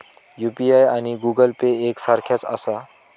UPI आणि Google Pay एक सारख्याच आसा?